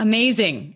Amazing